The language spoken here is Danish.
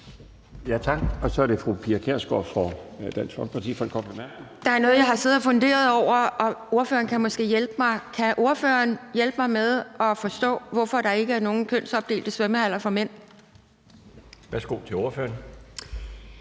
Tak. Så er det fru Pia Kjærsgaard fra Dansk Folkeparti for en kort bemærkning. Kl. 18:44 Pia Kjærsgaard (DF): Der er noget, jeg har siddet og funderet over, og ordføreren kan måske hjælpe mig. Kan ordføreren hjælpe mig med at forstå, hvorfor der ikke er nogen kønsopdelte svømmehaller for mænd? Kl. 18:44 Den